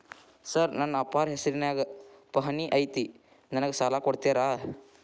Sir ನನ್ನ ಅಪ್ಪಾರ ಹೆಸರಿನ್ಯಾಗ್ ಪಹಣಿ ಐತಿ ನನಗ ಸಾಲ ಕೊಡ್ತೇರಾ?